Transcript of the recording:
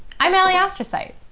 i'm alie astrocyte.